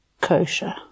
kosher